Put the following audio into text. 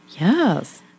Yes